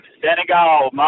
Senegal